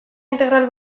integral